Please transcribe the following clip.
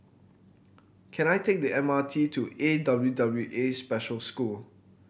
can I take the M R T to A W W A Special School